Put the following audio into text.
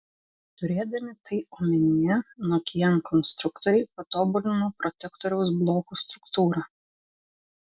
turėdami tai omenyje nokian konstruktoriai patobulino protektoriaus blokų struktūrą